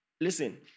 listen